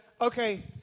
okay